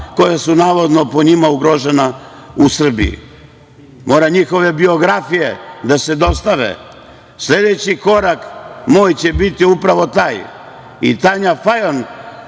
koja su, navodno, po njima, ugrožena u Srbiji. Mora njihove biografije da se dostave. Sledeći moj korak će biti upravo taj. I Tanja Fajon,